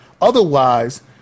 Otherwise